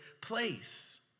place